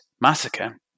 massacre